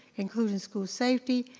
including school safety,